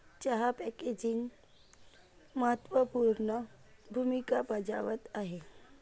चहा पॅकेजिंग महत्त्व पूर्ण भूमिका बजावत आहे